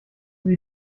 sie